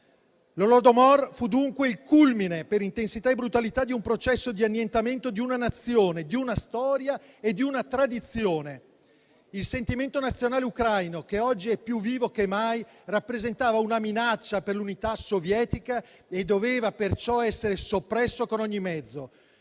L'Holodomor fu dunque il culmine, per intensità e brutalità, di un processo di annientamento di una nazione, di una storia e di una tradizione. Il sentimento nazionale ucraino, che oggi è più vivo che mai, rappresentava una minaccia per l'unità sovietica e doveva perciò essere soppresso con ogni mezzo.